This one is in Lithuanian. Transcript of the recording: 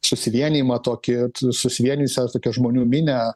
susivienijimą tokį susivienijusios tokią žmonių minią